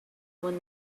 when